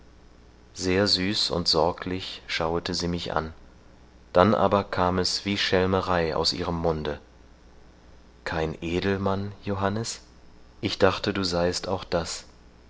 sehr süß und sorglich schauete sie mich an dann aber kam es wie schelmerei aus ihrem munde kein edelmann johannes ich dächte du seiest auch das